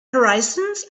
horizons